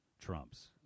Trumps